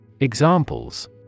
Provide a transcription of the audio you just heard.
Examples